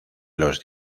los